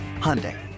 Hyundai